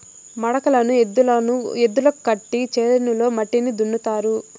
మడకలను ఎద్దులకు కట్టి చేనులో మట్టిని దున్నుతారు